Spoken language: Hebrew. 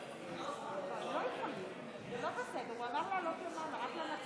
השוואת קצבת אזרח ותיק לשכר המינימום),